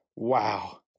Wow